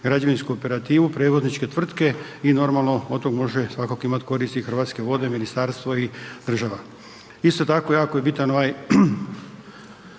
građevinsku operativu prevozničke tvrtke i normalno od tog može svakako imat koristi i Hrvatske vode, ministarstvo i država. Isto tako, jako je bitan ovaj